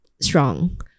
strong